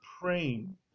praying